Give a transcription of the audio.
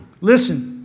listen